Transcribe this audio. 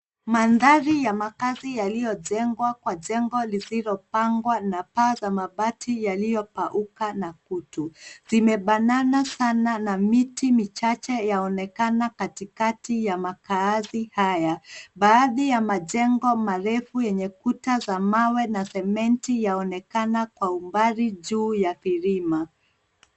Mandhari ya makaazi yaliyojengwa lisilopangwa na paa za mabati yaliyokauka na kutu, zimebanana sana na miti michache yaonekana katikati ya makaazi haya. Baadhi y majengo marefu yenye kuta za mawe na sementi yaonekana kwa umbali juu ya milima.